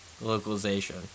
localization